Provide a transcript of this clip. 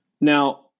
Now